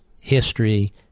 history